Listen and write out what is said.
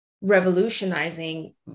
revolutionizing